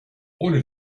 ohne